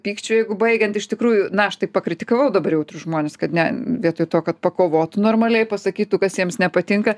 pykčiu jeigu baigiant iš tikrųjų na aš taip pakritikavo dabar jautrius žmones kad ne vietoj to kad pakovotų normaliai pasakytų kas jiems nepatinka